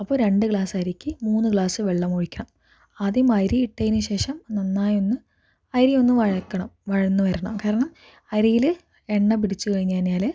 അപ്പോൾ രണ്ട് ഗ്ലാസ് അരിക്ക് മൂന്ന് ഗ്ലാസ് വെള്ളം ഒഴിക്കാം ആദ്യം അരി ഇട്ടതിന് ശേഷം നന്നായി ഒന്ന് അരി ഒന്ന് വയക്കണം വഴന്ന് വരണം കാരണം അരിയിൽ എണ്ണ പിടിച്ച് കഴിഞ്ഞു കഴിഞ്ഞാൽ